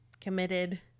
committed